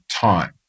time